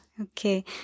Okay